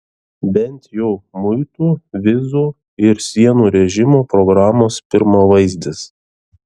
bent jau muitų vizų ir sienų režimo programos pirmavaizdis